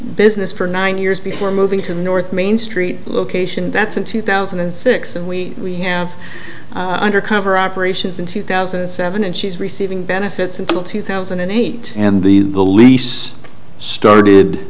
business for nine years before moving to north main street location that's in two thousand and six and we have undercover operations in two thousand and seven and she's receiving benefits until two thousand and eight and the police started